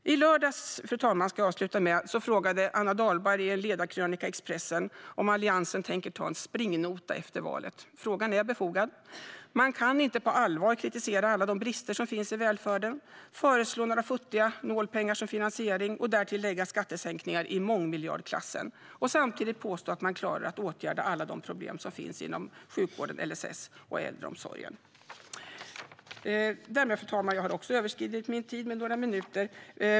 Fru talman! I lördags frågade Anna Dahlberg i en ledarkrönika i Expressen om Alliansen tänker ta en springnota efter valet. Frågan är befogad. Man kan inte på allvar kritisera alla de brister som finns i välfärden, föreslå några futtiga nålpengar som finansiering och därtill göra skattesänkningar i mångmiljardklassen och samtidigt påstå att man klarar att åtgärda alla de problem som finns inom sjukvården, LSS och äldreomsorgen. Fru talman! Jag har överskridit min talartid med några minuter.